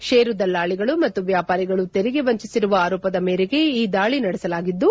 ಷೇರು ದಲ್ಲಾಳಿಗಳು ಮತ್ತು ವ್ಲಾಪಾರಿಗಳು ತೆರಿಗೆ ವಂಚಿಸಿರುವ ಆರೋಪದ ಮೇರೆಗೆ ಈ ದಾಳಿ ನಡೆಸಲಾಗಿದ್ದು